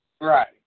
Right